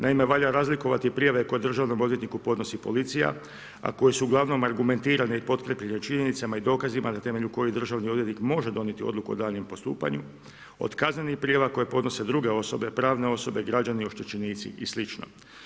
Naime, valja razlikovati prijave koje državno odvjetniku podnosi policija, a koje su uglavnom argumentirane i potkrijepljene činjenicama i dokazima na temelju kojih državni odvjetnik može donijeti odluku o daljnjem postupanju, od kaznenih prijava koje podnose druge osobe, pravne osobe, građani, oštećenici i slično.